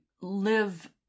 live